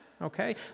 Okay